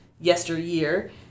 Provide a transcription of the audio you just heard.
yesteryear